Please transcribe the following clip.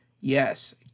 Yes